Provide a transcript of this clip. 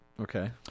Okay